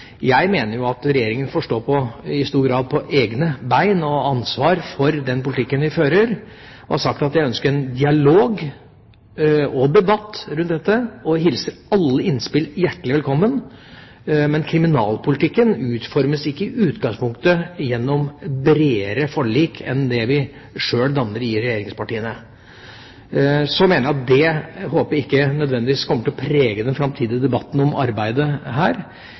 Jeg mener jo at Regjeringa i stor grad får stå på egne bein og ha ansvar for den politikken vi fører. Jeg har sagt at jeg ønsker en dialog og en debatt rundt dette og hilser alle innspill hjertelig velkommen. Men kriminalpolitikken utformes ikke i utgangspunktet gjennom bredere forlik enn det vi sjøl danner i regjeringspartiene. Så jeg håper ikke det nødvendigvis kommer til å prege den framtidige debatten om arbeidet her.